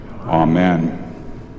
Amen